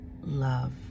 love